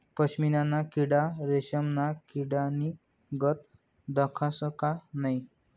पशमीना ना किडा रेशमना किडानीगत दखास का नै